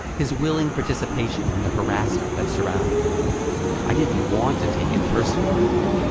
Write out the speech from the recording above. his willing participation in the harassment that surrounded him i didn't want to take it personally but,